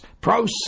process